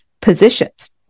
positions